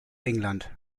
england